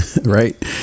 right